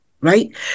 right